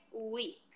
week